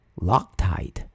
Loctite